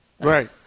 Right